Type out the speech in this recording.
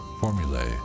Formulae